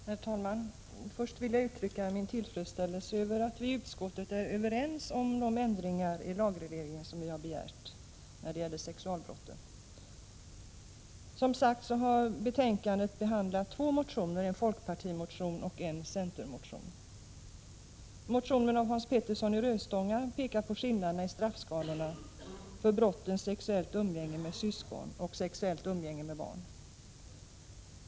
Herr talman! Först vill jag uttrycka min tillfredsställelse över att vi i utskottet är överens om de ändringar i lagregleringen som vi har begärt när det gäller sexualbrott. I betänkandet behandlas två motioner, en folkpartimotion och en centermotion. Motionen av Hans Petersson i Röstånga pekar på skillnaden i straffskalorna för brotten sexuellt umgänge med syskon och sexuellt umgänge med barn.